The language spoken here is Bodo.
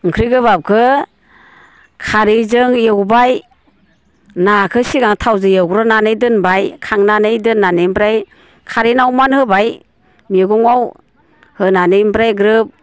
ओंख्रि गोबाबखौ खारैजों एवबाय नाखौ सिगां थावजों एवग्रोनानै दोनबाय खांनानै दोननानै ओमफ्राय खारै नावमान होबाय मैगङाव होनानै ओमफ्राय ग्रोब